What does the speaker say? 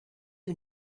who